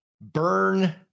Burn